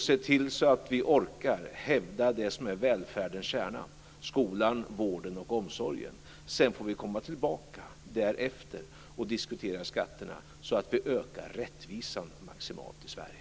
Se till så att vi orkar hävda det som är välfärdens kärna: skolan, vården och omsorgen. Sedan får vi komma tillbaka och diskutera skatterna så att vi maximalt ökar rättvisan i Sverige.